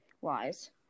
wise